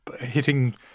hitting